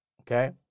Okay